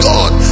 God